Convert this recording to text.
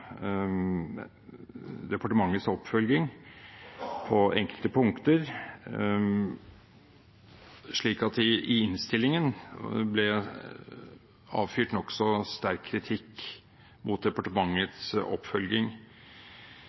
departementets oppfølging på enkelte punkter, slik at det i innstillingen ble avfyrt nokså sterk kritikk mot departementets oppfølging.